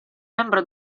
membro